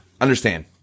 understand